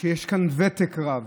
יש כאן ותק רב,